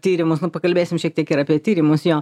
tyrimus nu pakalbėsim šiek tiek ir apie tyrimus jo